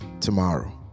tomorrow